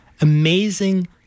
amazing